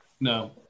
No